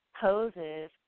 poses